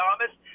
Thomas